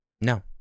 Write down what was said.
no